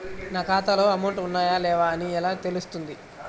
నా ఖాతాలో అమౌంట్ ఉన్నాయా లేవా అని ఎలా తెలుస్తుంది?